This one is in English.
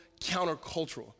countercultural